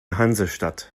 hansestadt